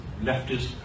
leftist